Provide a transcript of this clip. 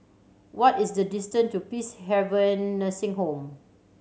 what is the distance to Peacehaven Nursing Home